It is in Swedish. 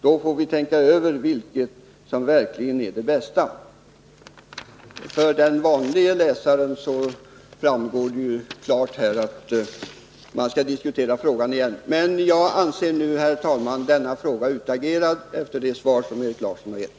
Då får vi tänka över vilket som verkligen är det bästa.” För den vanlige läsaren framgår här klart att man skall diskutera frågan igen. Men jag anser nu, herr talman, denna fråga utagerad efter det svar som Erik Larsson har gett.